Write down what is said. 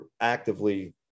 actively